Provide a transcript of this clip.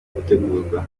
gutegurwa